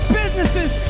businesses